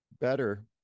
better